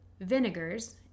vinegars